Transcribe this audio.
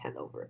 handover